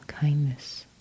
kindness